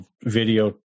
video